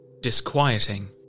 disquieting